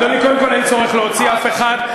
אדוני, קודם כול, אין צורך להוציא אף אחד.